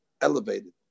elevated